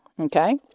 Okay